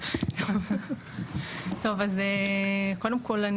קודם כול,